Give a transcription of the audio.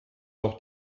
noch